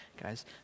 guys